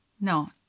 no